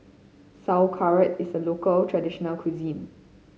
Sauerkraut is a local traditional cuisine